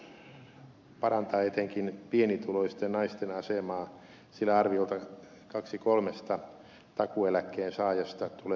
takuueläkeuudistus parantaa etenkin pienituloisten naisten asemaa sillä arviolta kaksi kolmesta takuueläkkeen saajasta tulee olemaan naisia